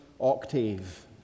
octave